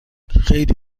خیلی